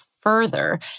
further